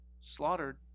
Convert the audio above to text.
Slaughtered